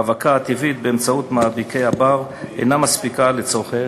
ההאבקה הטבעית באמצעות מאביקי הבר אינה מספיקה לצורכי